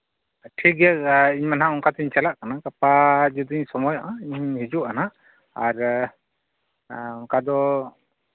ᱴᱷᱤᱠ ᱜᱮᱭᱟ ᱤᱧᱢᱟ ᱱᱟᱦᱟᱸᱜ ᱚᱱᱠᱟᱛᱮᱧ ᱪᱟᱞᱟᱜ ᱠᱟᱱᱟ ᱜᱟᱯᱟ ᱡᱩᱫᱤᱧ ᱥᱚᱢᱚᱭᱚᱜᱼᱟ ᱤᱧ ᱦᱤᱡᱩᱜᱼᱟ ᱱᱟᱦᱟᱸᱜ ᱟᱨ ᱚᱱᱠᱟ ᱫᱚ